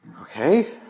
Okay